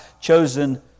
chosen